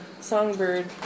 songbird